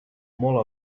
molt